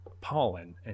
pollen